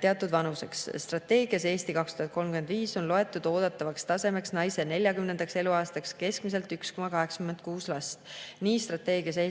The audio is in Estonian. teatud vanuseks. Strateegias "Eesti 2035" on loetud oodatavaks tasemeks naise 40. eluaastaks keskmiselt 1,86 last. Nii strateegias "Eesti 2035"